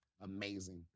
Amazing